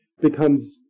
becomes